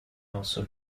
also